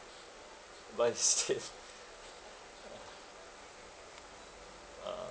but instead a'ah